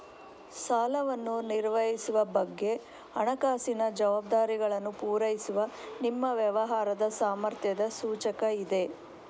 ಸಾಲವನ್ನು ನಿರ್ವಹಿಸುವ ಬಗ್ಗೆ ಹಣಕಾಸಿನ ಜವಾಬ್ದಾರಿಗಳನ್ನ ಪೂರೈಸುವ ನಿಮ್ಮ ವ್ಯವಹಾರದ ಸಾಮರ್ಥ್ಯದ ಸೂಚಕ ಇದೆ